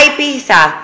Ibiza